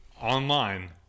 online